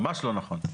ממש לא נכון.